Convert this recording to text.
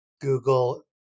Google